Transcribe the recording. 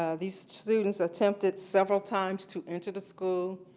ah these students attempted several times to enter the school,